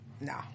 No